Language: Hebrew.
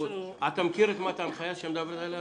אתה מכיר את ההנחיה שמדברת עליה נועה,